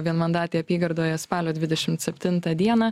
vienmandatėj apygardoje spalio dvidešimt septintą dieną